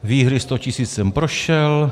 Výhry 100 tisíc jsem prošel.